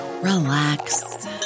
relax